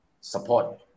support